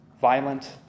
violent